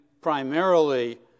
primarily